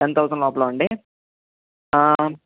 ten thousand లోపలా అండి